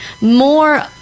more